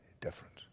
difference